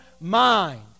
mind